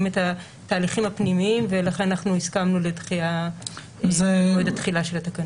את התהליכים הפנימיים ולכן אנחנו הסכמנו לדחייה במועד התחילה של התקנות.